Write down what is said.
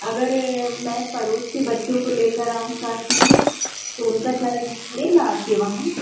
अगर मैं पड़ोस के बच्चों को लेकर आऊँ साथ में तो उनका चार्ज पड़ेगा आपके वहाँ